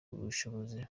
ubushobozi